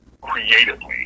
creatively